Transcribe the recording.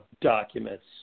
Documents